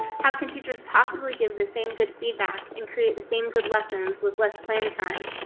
how can teachers possibly give the same good feedback and create the same good lessons with less plan time?